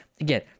again